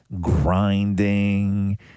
grinding